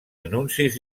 anuncis